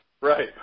Right